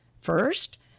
first